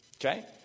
Okay